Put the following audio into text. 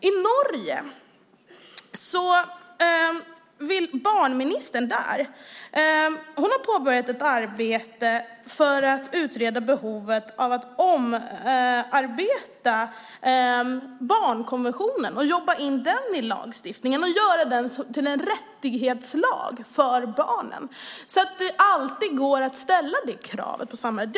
I Norge har barnministern påbörjat ett arbete för att utreda behovet av att omarbeta barnkonventionen och arbeta in den i lagen och göra den till en rättighetslag för barnen så att det alltid går att ställa krav på samhället.